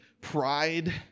pride